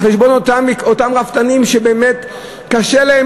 על חשבון אותם רפתנים שבאמת קשה להם,